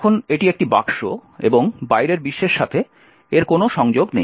এখন এটি একটি বাক্স এবং বাইরের বিশ্বের সাথে এর কোনও সংযোগ নেই